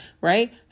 right